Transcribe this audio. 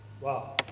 Wow